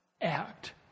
act